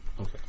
Okay